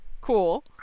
cool